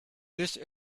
this